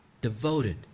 devoted